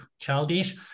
childish